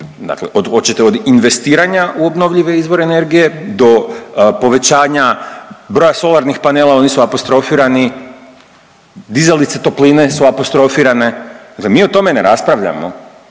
hoćete od investiranja u obnovljive izvore energije do povećanja broja solarnih panela, oni su apostrofirani, dizalice topline su apostrofirane, da mi o tome ne raspravljamo,